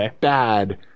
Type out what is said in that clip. bad